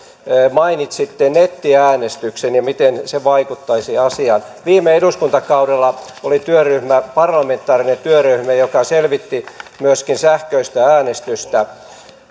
mainitsitte nettiäänestyksen ja miten se vaikuttaisi asiaan viime eduskuntakaudella oli parlamentaarinen työryhmä joka selvitti myöskin sähköistä äänestystä